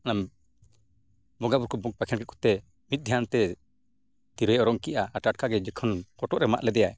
ᱚᱱᱟ ᱵᱚᱸᱜᱟᱼᱵᱩᱨᱩ ᱠᱚ ᱵᱟᱸᱠᱷᱮᱲ ᱠᱮᱫ ᱠᱚᱛᱮ ᱢᱤᱫ ᱫᱷᱮᱭᱟᱱ ᱛᱮ ᱛᱤᱨᱭᱳ ᱚᱨᱚᱝ ᱠᱮᱜᱼᱟ ᱟᱨ ᱴᱟᱴᱠᱟ ᱜᱮ ᱡᱚᱠᱷᱚᱱ ᱦᱚᱴᱚᱜ ᱨᱮ ᱢᱟᱜ ᱞᱮᱫᱮᱭᱟᱭ